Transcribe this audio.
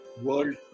World